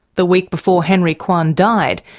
the week before henry kwan died,